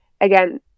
again